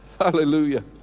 Hallelujah